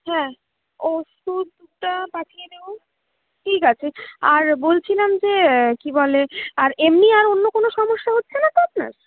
হ্যাঁ ওষুধটা পাঠিয়ে দেবো ঠিক আছে আর বলছিলাম যে কী বলে আর এমনি আর অন্য কোনো সমস্যা হচ্ছে না তো আপনার